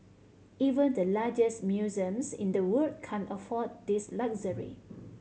even the largest museums in the world can't afford this luxury